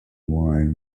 wine